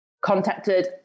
contacted